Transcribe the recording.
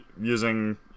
using